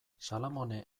salamone